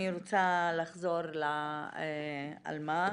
אני רוצה לחזור לעלמה.